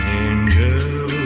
angel